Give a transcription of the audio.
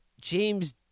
James